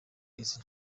izi